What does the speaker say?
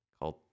called